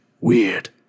weird